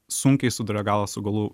sunkiai suduria galą su galu